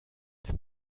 zum